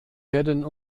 werden